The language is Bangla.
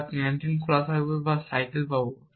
বা ক্যান্টিন খোলা থাকবে বা আমার সাইকেল পাবো